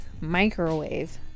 microwave